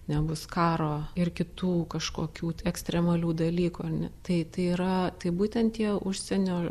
nebus karo ir kitų kažkokių ekstremalių dalykų ar ne tai tai yra tai būtent tie užsienio